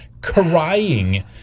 crying